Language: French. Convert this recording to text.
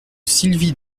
sylvie